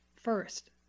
first